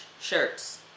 shirts